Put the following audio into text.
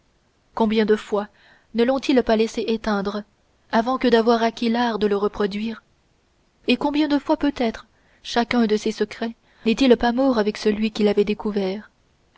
combien de fois ne lont ils pas laissé éteindre avant que d'avoir acquis l'art de le reproduire et combien de fois peut-être chacun de ces secrets n'est-il pas mort avec celui qui l'avait découvert